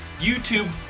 YouTube